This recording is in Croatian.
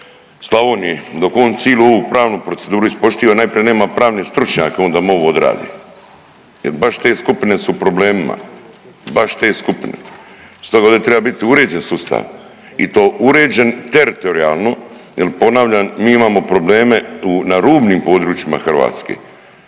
Slavonije dok on cilu ovu pravnu proceduru ispoštiva najprije nema pravne stručnjake on da mu ovo odradi je baš te skupine su u problemima, baš te skupine. Stoga ovdje treba biti uređen sustav i to uređen teritorijalno jel ponavljam mi imamo probleme na rubnim područjima Hrvatske.